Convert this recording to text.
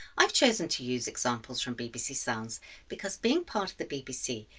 i've chosen to use examples from bbc sounds because, being part of the bbc,